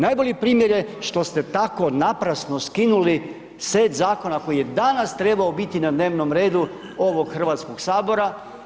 Najbolji primjer je što ste tako naprasno skinuli set zakona koji je danas trebao biti na dnevnom redu ovog Hrvatskog sabora.